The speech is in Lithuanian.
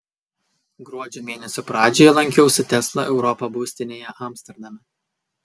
gruodžio mėnesio pradžioje lankiausi tesla europa būstinėje amsterdame